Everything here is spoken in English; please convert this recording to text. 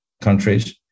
countries